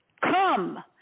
come